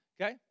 okay